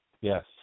Yes